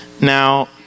Now